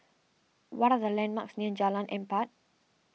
what are the landmarks near Jalan Empat